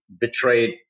betrayed